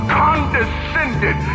condescended